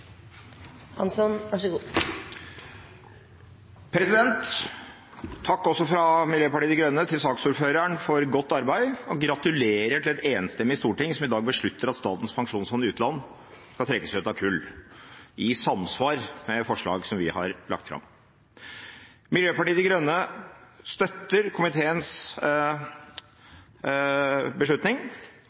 undertegnede på, så jeg tar opp SVs forslag. Representanten Snorre Serigstad Valen har tatt opp de forslagene han refererte til. Takk fra Miljøpartiet De Grønne til saksordføreren for godt arbeid. Gratulerer til et enstemmig storting som i dag beslutter at Statens pensjonsfond utland skal trekke seg ut av kull, i samsvar med forslag som vi har lagt fram.